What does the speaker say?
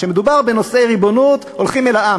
כשמדובר בנושא ריבונות, הולכים אל העם.